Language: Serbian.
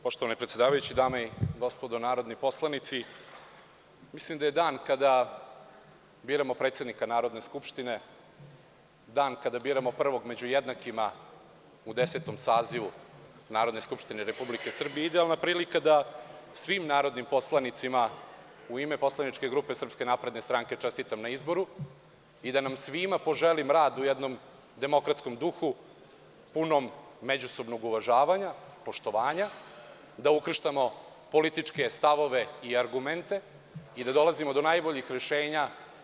Poštovani predsedavajući, dame i gospodo narodni poslanici, mislim da je dan kada biramo predsednika Narodne skupštine dan kada biramo prvog među jednakima u Desetom sazivu Narodne skupštine Republike Srbije idealna prilika da svim narodnim poslanicima u ime poslaničke grupe SNS čestitam na izboru i da nam svima poželim rad u jednom demokratskom duhu, punom međusobnog uvažavanja, poštovanja, da ukrštamo političke stavove i argumente i da dolazimo do najboljih rešenja.